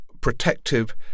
protective